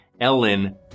ellen